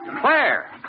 Claire